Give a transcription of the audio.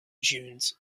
dunes